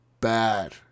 bad